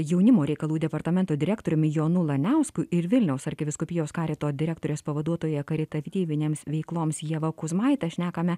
jaunimo reikalų departamento direktoriumi jonu laniausku ir vilniaus arkivyskupijos karito direktorės pavaduotoja karitatyvinėms veikloms ieva kuzmaite šnekame